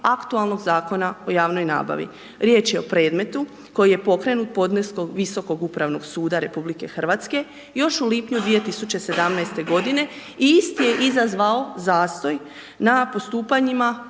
aktualnog Zakona o javnoj nabavi. Riječ je o predmetu koji je pokrenut podneskom Visokog upravnog suda RH, još u lipnju 2017. godine i isti je izazvao zastoj na postupanjima,